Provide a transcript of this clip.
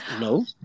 No